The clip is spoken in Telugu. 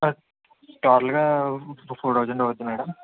టోటల్గా ఫోర్ తౌసండ్ అవుతుంది మ్యాడం